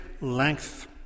length